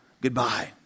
goodbye